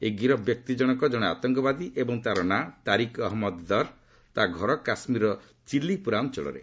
ଏହି ଗିରଫ ବ୍ୟକ୍ତିଜଣକ ଜଣେ ଆତଙ୍କବାଦୀ ଏବଂ ତା'ର ନାଁ ତାରିକ୍ ଅହନ୍ମଦ ଦାର୍ ତା' ଘର କାଶ୍ମୀରର ଚିଲିପ୍ରରା ଅଞ୍ଚଳରେ